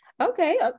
Okay